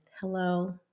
hello